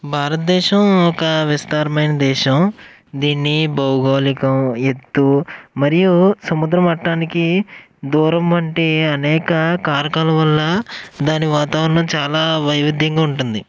భారతదేశం ఒక విస్తారమైన దేశం దీన్ని భౌగోళికం ఎత్తు మరియు సముద్రమట్టానికి దూరం వంటి అనేక కారణాలవల్ల దాని వాతావరణం చాలా వైవిధ్యంగా ఉంటుంది